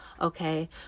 okay